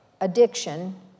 addiction